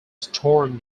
storm